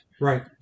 Right